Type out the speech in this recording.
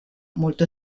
molto